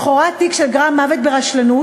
לכאורה תיק של גרם מוות ברשלנות,